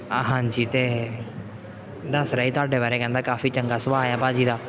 ਆ ਹਾਂਜੀ ਅਤੇ ਦੱਸ ਰਹੇ ਤੁਹਾਡੇ ਬਾਰੇ ਕਹਿੰਦਾ ਕਾਫ਼ੀ ਚੰਗਾ ਸੁਭਾਅ ਹੈ ਭਾਅ ਜੀ ਦਾ